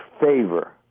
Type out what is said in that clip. favor